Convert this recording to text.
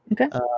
okay